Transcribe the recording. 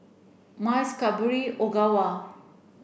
Miles Cadbury Ogawa